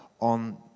on